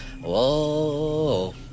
whoa